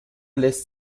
lässt